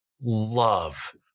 love